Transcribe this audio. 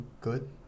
good